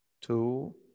two